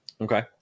Okay